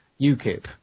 UKIP